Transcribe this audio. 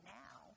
now